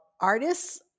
artists